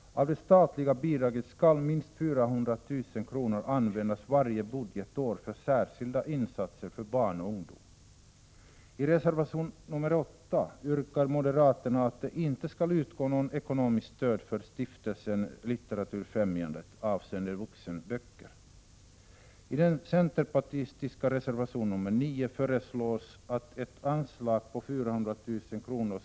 Av det statliga bidraget skall minst 400 000 kr. användas varje budgetår till särskilda insatser för barn och ungdom. I den centerpartistiska reservationen nr 9 föreslås att ett anslag på 400 000 kr.